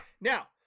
now